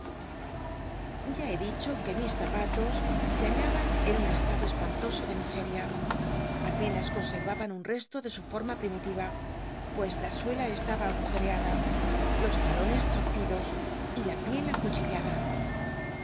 ya he dicho que mis zapatos se hallaban en un estado espantoso de miseria apenas conservaban un res lo ele su fotma primitiva pues la suela estaba agujcteada los talones torcidos y la piel acuchillada